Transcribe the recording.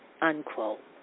Unquote